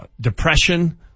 depression